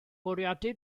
bwriadu